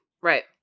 Right